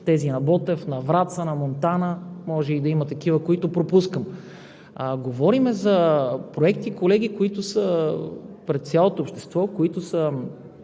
тези на Ботевград, на Враца, на Монтана, може да има такива, които пропускам. Говорим за проекти, колеги, които са пред цялото общество, които са